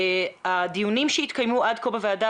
הדיונים שהתקיימו עד כה בוועדה,